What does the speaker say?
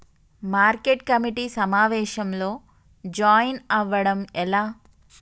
Market committee సమావేశంలో join అవ్వడం ఎలా?